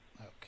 Okay